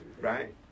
Right